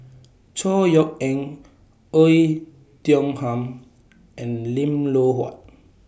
Chor Yeok Eng Oei Tiong Ham and Lim Loh Huat